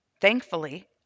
Thankfully